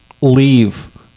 leave